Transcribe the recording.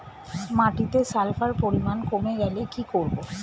মাটিতে সালফার পরিমাণ কমে গেলে কি করব?